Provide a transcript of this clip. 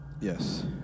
yes